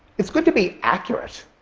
it's good to be accurate.